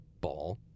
ball